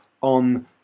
on